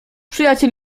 przyjaciel